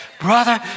Brother